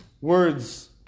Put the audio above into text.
words